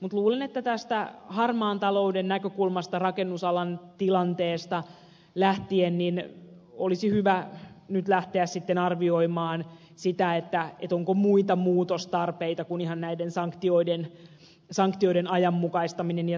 mutta luulen että tästä harmaan talouden näkökulmasta rakennusalan tilanteesta lähtien olisi hyvä nyt lähteä sitten arvioimaan sitä onko muita muutostarpeita kuin ihan näiden sanktioiden ajanmukaistaminen ja tiukentaminen